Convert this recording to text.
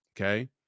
okay